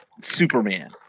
Superman